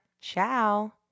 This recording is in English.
Ciao